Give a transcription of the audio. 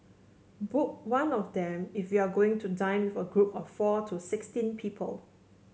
book one of them if you are going to dine with a group of four to sixteen people